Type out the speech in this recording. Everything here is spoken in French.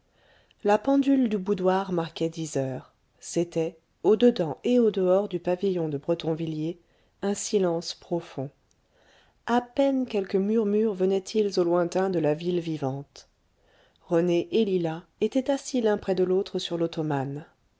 la pendule du boudoir marquait dix heures c'était au dedans et au dehors du pavillon de bretonvilliers un silence profond a peine quelques murmures venaient-ils au lointain de la ville vivante rené et lila étaient assis l'un près de l'autre sur l'ottomane